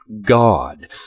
God